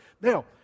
Now